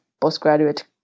postgraduate